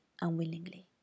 unwillingly